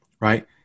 right